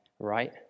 right